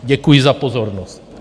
Děkuji za pozornost.